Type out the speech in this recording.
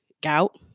gout